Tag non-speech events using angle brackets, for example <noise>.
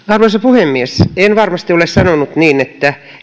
<unintelligible> arvoisa puhemies en varmasti ole sanonut niin että